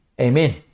Amen